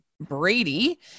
Brady